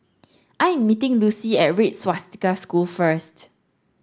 I am meeting Lucy at Red Swastika School first